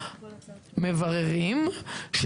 מבררים,